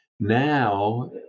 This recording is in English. Now